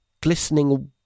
glistening